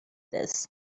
this